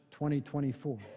2024